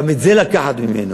גם את זה לקחת ממנו.